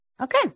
okay